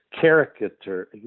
character